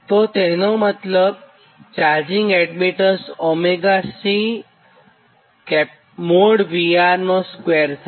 તો તેનો મતલબ ચાર્જિંગ એડમીટન્સ ωC|VR|2 થાય